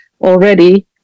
already